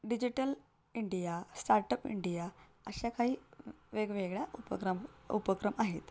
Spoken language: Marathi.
डिजिटल इंडिया स्टार्टअप इंडिया अशा काही वेगवेगळ्या उपक्रम उपक्रम आहेत